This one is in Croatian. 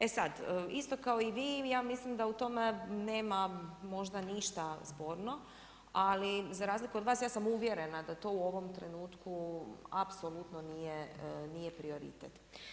E sad, isto kao i vi, ja mislim da u tome nema možda ništa sporno, ali za razliku od vas, ja sam uvjerena da to u ovom trenutku apsolutno nije prioritet.